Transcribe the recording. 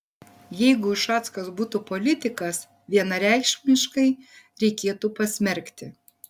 jeigu ušackas būtų politikas vienareikšmiškai reikėtų pasmerkti